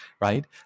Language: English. right